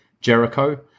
Jericho